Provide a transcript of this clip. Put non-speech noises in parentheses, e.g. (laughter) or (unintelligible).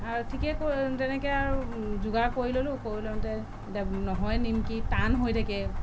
আৰু ঠিকে (unintelligible) তেনেকৈ আৰু যোগাৰ কৰি ল'লোঁ কৰি লওঁতে (unintelligible) নহয় নিমকি টান হৈ থাকে